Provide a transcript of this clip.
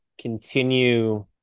continue